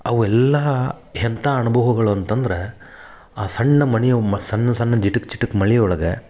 ಅವೆಲ್ಲ ಎಂತ ಅನುಭವಗಳು ಅಂತಂದ್ರ ಆ ಸಣ್ಣ ಮನೆ ಸಣ್ಣ ಸಣ್ಣ ಜಿಟಕ್ ಜಿಟಕ್ ಮಳೆ ಒಳಗೆ